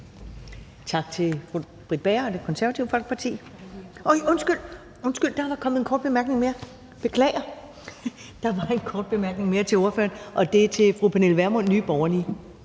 Tak til fru Britt Bager og Det Konservative Folkeparti. Hov, undskyld, der var kommet en kort bemærkning mere. Beklager. Der er en kort bemærkning mere til ordføreren, og det er fra fru Pernille Vermund, Nye Borgerlige.